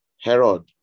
Herod